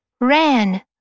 ran